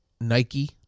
Nike